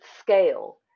scale